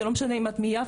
זה לא משנה אם את מיפו,